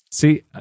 See